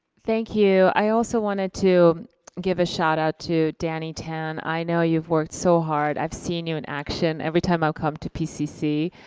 thank you, i also wanted to give a shout out to danny tan. i know you've worked so hard. i've seen you in action every time i've ah come to pcc.